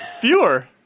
Fewer